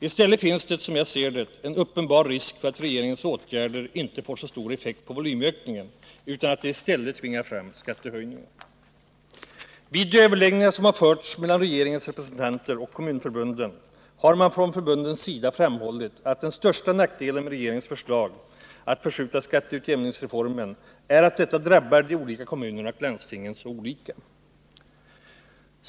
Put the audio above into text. Däremot finns det, som jag ser det, en uppenbar risk för att regeringens åtgärder inte får så stor effekt på volymökningen utan i stället tvingar fram skattehöjningar. Vid de överläggningar som har förts mellan regeringen och representanter för kommunförbunden har man från förbundens sida framhållit att den största nackdelen med regeringens förslag att förskjuta skatteutjämningsreformen är att detta drabbar de olika kommunerna och landstingen så olika.